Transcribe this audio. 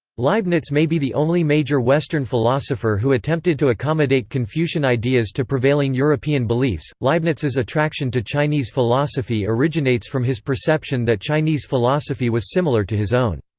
leibniz may be the only major western philosopher who attempted to accommodate confucian ideas to prevailing european beliefs leibniz's attraction to chinese philosophy originates from his perception that chinese philosophy was similar to his own.